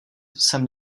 jsem